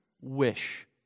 wish